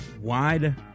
wide